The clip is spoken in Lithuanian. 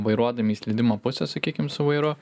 vairuodami į slydimo pusę sakykim su vairu